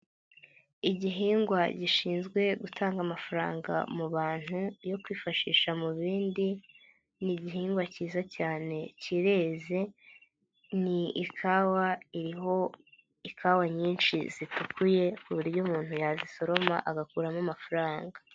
Igihingwa gishinzwe gutanga amafaranga mu bantu yo kwifashisha mu bindi ni igihingwa kiza cyane kireze, ni ikawa iriho ikawa nyinshi zitukuye ku buryo umuntu yazisoroma agakuramo amafaranga.